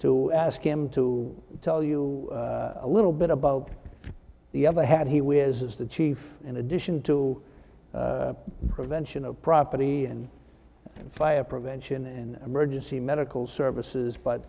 to ask him to tell you a little bit about the other had he with is the chief in addition to prevention of property and fire prevention and emergency medical services but